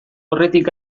aurretik